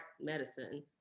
medicine